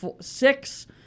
six